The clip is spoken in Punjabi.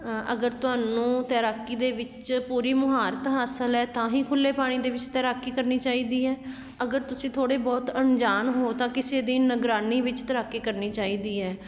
ਅਗਰ ਤੁਹਾਨੂੰ ਤੈਰਾਕੀ ਦੇ ਵਿੱਚ ਪੂਰੀ ਮੁਹਾਰਤ ਹਾਸਲ ਹੈ ਤਾਂ ਹੀ ਖੁੱਲ੍ਹੇ ਪਾਣੀ ਦੇ ਵਿੱਚ ਤੈਰਾਕੀ ਕਰਨੀ ਚਾਹੀਦੀ ਹੈ ਅਗਰ ਤੁਸੀਂ ਥੋੜ੍ਹੇ ਬਹੁਤ ਅਣਜਾਣ ਹੋ ਤਾਂ ਕਿਸੇ ਦੀ ਨਿਗਰਾਨੀ ਵਿੱਚ ਤੈਰਾਕੀ ਕਰਨੀ ਚਾਹੀਦੀ ਹੈ